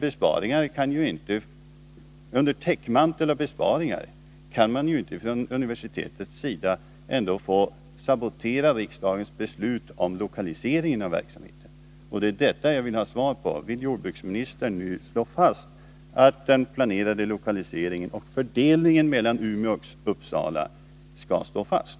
Men under täckmanteln av besparingar kan man ju inte från universitetets sida få sabotera riksdagens beslut om lokaliseringen av verksamheten. Det är på den här punkten jag vill ha besked: Vill jordbruksministern nu slå fast att den beslutade lokaliseringen och planerade fördelningen mellan Umeå och Uppsala skall stå fast?